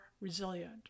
resilient